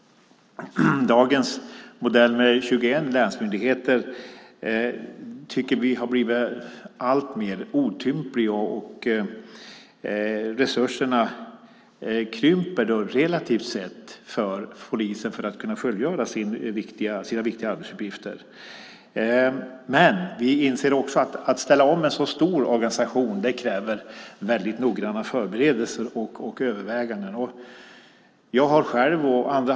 Dagens modell med 21 länsmyndigheter tycker vi har blivit alltmer otymplig, och resurserna krymper relativt sett för polisen för att man ska kunna fullgöra sina viktiga arbetsuppgifter. Vi inser också att det krävs väldigt noggranna förberedelser och överväganden för att ställa om en så stor organisation.